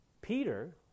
Peter